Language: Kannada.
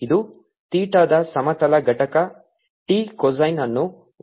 ಇದು ಥೀಟಾದ ಸಮತಲ ಘಟಕ t ಕೊಸೈನ್ ಅನ್ನು ಒದಗಿಸುತ್ತದೆ